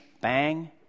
bang